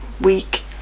Week